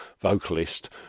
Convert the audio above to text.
vocalist